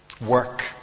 work